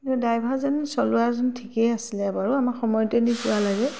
ড্ৰাইভাৰজন চলোৱাজন ঠিকেই আছিলে বাৰু আমাৰ সময়তে নি পোৱালেগৈ